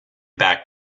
back